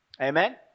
Amen